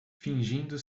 fingindo